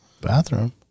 Bathroom